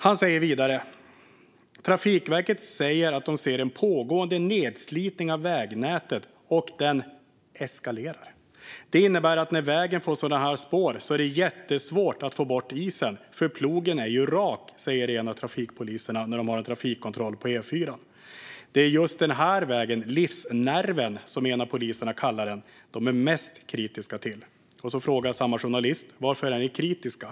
Han säger vidare: "Trafikverket säger att de ser en pågående nedslitning av vägnätet och den eskalerar. Det innebär att när vägen får sådana här spår så är det jättesvårt att få bort isen, för plogen är ju rak." Så säger han när de har en trafikkontroll på E4:an. Det är just den här vägen, livsnerven, som en av poliserna kallar den, de är mest kritiska till. Och så frågar journalisten: "Varför är ni kritiska?"